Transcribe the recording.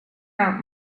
out